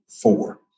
Four